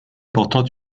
portant